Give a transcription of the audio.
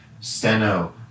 Steno